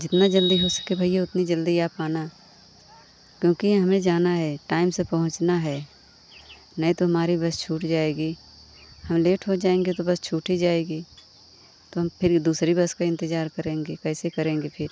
जितना जल्दी हो सके भैया उतनी जल्दी आप आना क्योंकि हमें जाना है टाइम से पहुंचना है नहीं तो हमारी बस छूट जाएगी हम लेट हो जाएँगे तो बस छूट ही जाएगी तो हम फिर दूसरी बस का इंतज़ार करेंगे कैसे करेंगे फिर